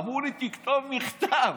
אמרו לי: תכתוב מכתב.